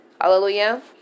Hallelujah